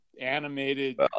animated